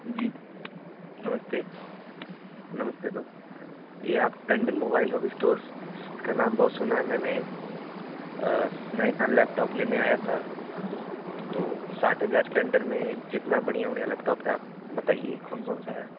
जी नमस्ते नमस्ते नमस्ते यह आप टंडन मोबाइल सर्विस स्टोर का नाम बहुत सुना है मैंने मैं यहाँ लैपटॉप लेने आया था तो साठ हज़ार के अंडर में जितना बढ़िया बढ़िया लैपटॉप है आप बताइए कौन कौन सा है